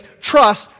trust